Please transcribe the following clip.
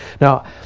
Now